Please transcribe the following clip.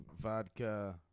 vodka